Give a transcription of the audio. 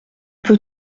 peut